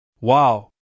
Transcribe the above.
Wow